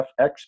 FX